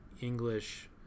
English